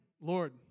Lord